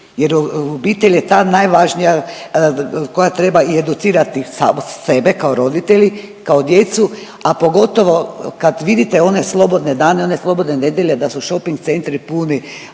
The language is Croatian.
jer obitelj je ta najvažnija koja treba i educirati … sebe kao roditelji kao djecu, a pogotovo kad vidite one slobodne dane one slobodne nedelje da su šoping centri puni,